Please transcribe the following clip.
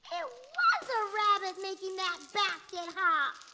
it was a rabbit making that basket hop.